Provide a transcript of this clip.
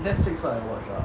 Netflix what I watch ah